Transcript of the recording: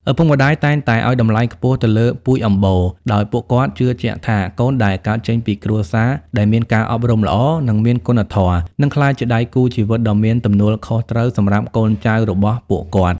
ឪពុកម្ដាយតែងតែឱ្យតម្លៃខ្ពស់ទៅលើ "ពូជអម្បូរ" ដោយពួកគាត់ជឿជាក់ថា កូនដែលកើតចេញពីគ្រួសារដែលមានការអប់រំល្អ និងមានគុណធម៌ នឹងក្លាយជាដៃគូជីវិតដ៏មានទំនួលខុសត្រូវសម្រាប់កូនចៅរបស់ពួកគាត់។